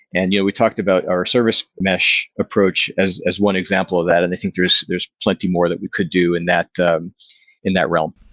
and yeah we talked about our service mesh approach as as one example of that, and i think there's there's plenty more that we could do in that in that realm.